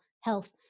health